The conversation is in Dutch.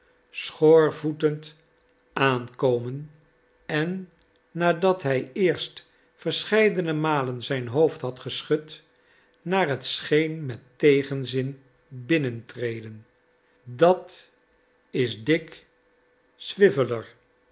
schoorvoetend aankomen en nadat hij eerst verscheidene malen zijn hoofd had geschud naar het scheen met tegenzin binnentreden dat is dick